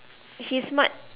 he's smart